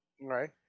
right